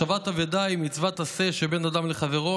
השבת אבדה היא מצוות עשה של בין אדם לחברו,